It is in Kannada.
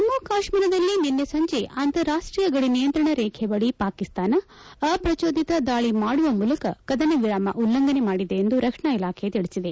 ಜಮ್ನು ಕಾಶ್ನೀರದಲ್ಲಿ ನಿನ್ನೆ ಸಂಜೆ ಅಂತಾರಾಷ್ಷೀಯ ಗಡಿನಿಯಂತ್ರಣ ರೇಖೆ ಬಳಿ ಪಾಕಿಸ್ತಾನ ಅಪ್ರಚೋದಿತ ದಾಳಿ ಮಾಡುವ ಮೂಲಕ ಕದನ ವಿರಾಮ ಉಲ್ಲಂಘನೆ ಮಾಡಿದೆ ಎಂದು ರಕ್ಷಣಾ ಇಲಾಖೆ ತಿಳಿಸಿದೆ